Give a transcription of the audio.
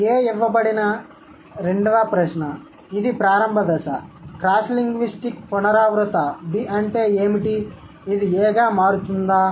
"A" ఇవ్వబడిన రెండవ ప్రశ్న ఇది ప్రారంభ దశ క్రాస్ లింగ్విస్టిక్ పునరావృత "B" అంటే ఏమిటి ఇది "A"గా మారుతుందా